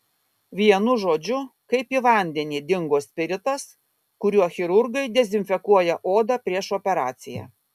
vienu žodžiu kaip į vandenį dingo spiritas kuriuo chirurgai dezinfekuoja odą prieš operaciją